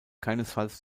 keinesfalls